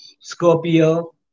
Scorpio